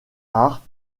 art